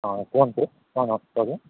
ହଁ କୁହନ୍ତୁ କ'ଣ କହିବେ